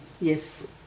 Yes